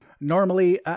Normally